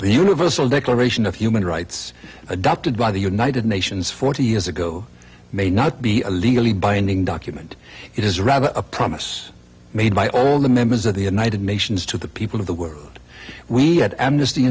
the universal declaration of human rights adopted by the united nations forty years ago may not be a legally binding document it is rather a promise made by all the members of the united nations to the people of the world we had amnesty